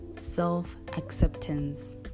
self-acceptance